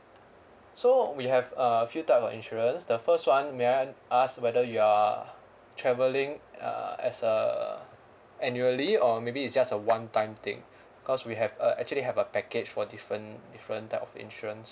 so we have a few type of insurance the first one may I ask whether you are travelling uh as uh annually or maybe it's just a one time thing because we have a actually have a package for different different type of insurance